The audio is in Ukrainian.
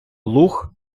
луг